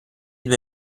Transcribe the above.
due